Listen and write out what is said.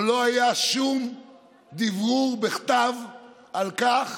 אבל לא היה שום דברור בכתב על כך